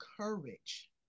courage